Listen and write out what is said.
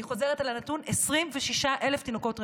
אני חוזרת על הנתון: 26,000 תינוקות רעבים.